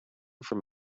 from